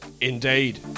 Indeed